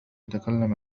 يتكلم